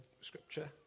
scripture